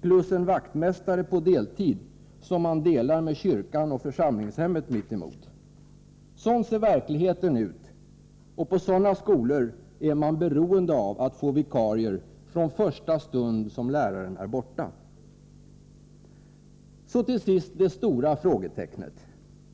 plus en vaktmästare på deltid som man delar med kyrkan och församlingshemmet mitt emot. Sådan ser verkligheten ut, och på sådana skolor är man beroende av att få vikarier från första stund som läraren är borta. Så till sist det stora frågetecknet.